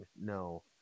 no